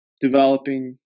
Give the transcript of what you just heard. developing